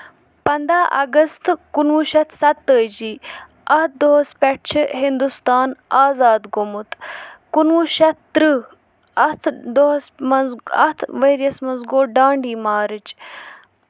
پنداہ اَگست کُنہٕ وُہ شیٚتھ سَتہٕ تٲجی اَتھ دۄہس پٮ۪ٹھ چھُ ہِندوستان آزاد گوٚومُت کُنہٕ وُہ شَتھ ترٕٛہ اَتھ دۄہس منٛز اَتھ ؤرۍ یس منٛز گوٚو ڈانڈی مارٕچ